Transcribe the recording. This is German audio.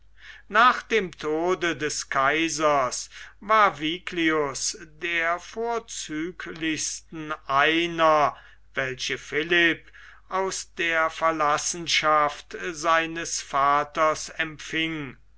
nach dem tode des kaisers war viglius der vorzüglichsten einer welche philipp aus der verlassenschaft seines vaters empfing